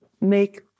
make